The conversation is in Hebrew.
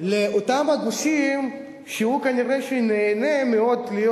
לאותם הגושים שהוא כנראה נהנה מאוד להיות